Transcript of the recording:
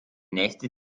nächste